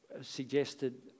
suggested